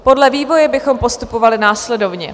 Podle vývoje bychom postupovali následovně: